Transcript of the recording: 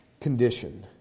condition